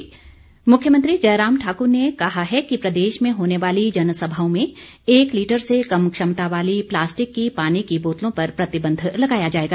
पर्यावरण दिवस मुख्यमंत्री जयराम ठाकुर ने कहा कि प्रदेश में होने वाली जनसभाओं में एक लीटर से कम क्षमता वाली प्लास्टिक की पानी की बोतलों पर प्रतिबंध लगाया जाएगा